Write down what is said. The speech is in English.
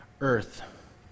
earth